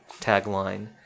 tagline